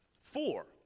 four